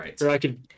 Right